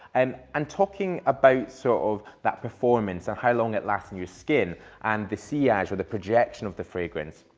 um and talking about sort of that performance and ah how long it lasts in your skin and the sea ash or the projection of the fragrance.